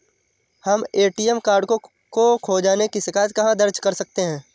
हम ATM card खो जाने की शिकायत कहाँ दर्ज कर सकते हैं?